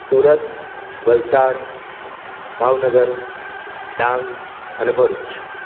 સુરત વલસાડ ભાવનગર ડાંગ અને ભરૂચ